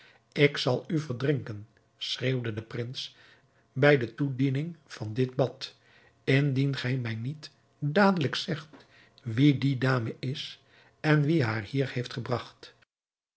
ik zal u verdrinken schreeuwde de prins bij de toediening van dit bad indien gij mij niet dadelijk zegt wie die dame is en wie haar hier heeft gebragt